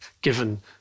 given